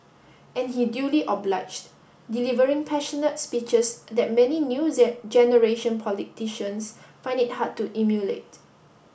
and he duly obliged delivering passionate speeches that many new generation politicians find it hard to emulate